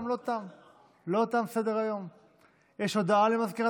אין מתנגדים, אין נמנעים.